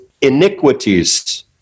iniquities